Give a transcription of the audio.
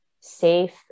safe